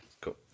cool